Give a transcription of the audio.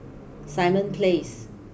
Simon place